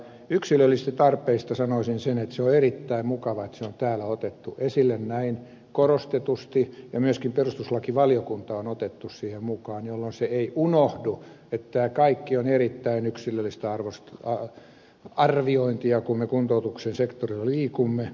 yksilöllisistä tarpeista sanoisin sen että on erittäin mukava että se on täällä otettu esille näin korostetusti ja myöskin perustuslakivaliokunta on otettu siihen mukaan jolloin ei unohdu että tämä kaikki on erittäin yksilöllistä arviointia kun me kuntoutuksen sektorilla liikumme